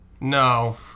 No